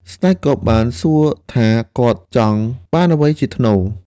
ស្ដេចក៏បានសួរថាគាត់ចង់បានអ្វីជាថ្នូរ។